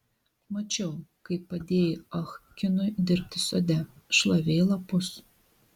mačiau kaip padėjai ah kinui dirbti sode šlavei lapus